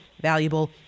valuable